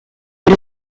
per